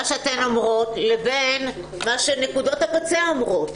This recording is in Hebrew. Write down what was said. -- מה שאתן אומרות לבין מה שנקודות הקצה אומרות.